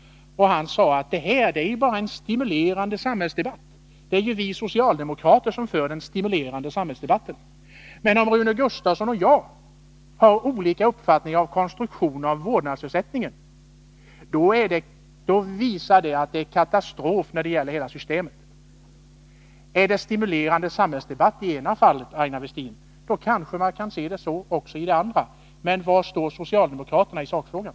Han svarade då att det bara är en stimulerande samhällsdebatt. Om Rune Gustavsson och jag har olika uppfattningar om konstruktionen av vårdnadsersättningen, visar det, enligt Aina Westin, att det är katastrof när det gäller hela systemet. Om det är en stimulerande samhällsdebatt i det ena fallet, Aina Westin, kanske man kan se det så också i det andra fallet. Men var står socialdemokraterna i sakfrågan?